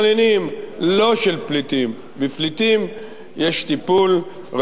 לא של פליטים, לפליטים יש טיפול ראוי כשלעצמו.